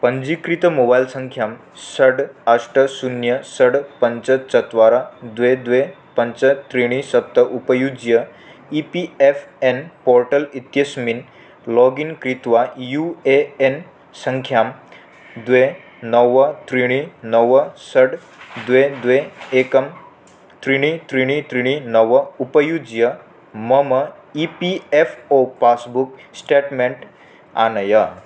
पञ्जीकृतं mobile सङ्ख्यां षड् अष्ट शून्यं षड् पञ्च चत्वारि द्वे द्वे पञ्च त्रीणि सप्त उपयुज्य E P F N portal इत्यस्मिन् लोगिन् कृत्वा यु ए एन् सङ्ख्यां द्वे नव त्रीणि नव षड् द्वे द्वे एकं त्रीणि त्रीणि त्रीणि नव उपयुज्य मम E P F O passbook statement आनय